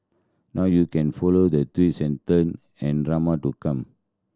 now you can follow the twists and turn and drama to come